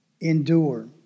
endure